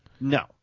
No